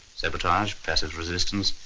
sabotage, passive resistance,